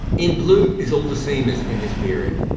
in blue is all the seamers in this period.